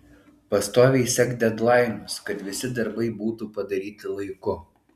pastoviai sek dedlainus kad visi darbai būtų padaryti laiku